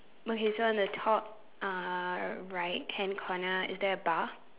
okay so on the top uh right hand corner is there a bar